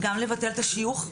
גם לבטל את השיוך,